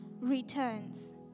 returns